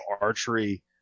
archery